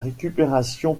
récupération